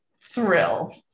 thrill